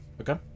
okay